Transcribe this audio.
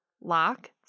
lock